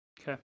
Okay